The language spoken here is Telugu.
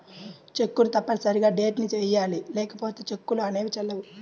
చెక్కును తప్పనిసరిగా డేట్ ని వెయ్యాలి లేకపోతే చెక్కులు అనేవి చెల్లవు